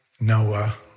Noah